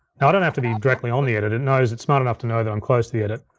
now i don't have to be directly on the edit, it knows, it's smart enough to know that i'm close to the edit.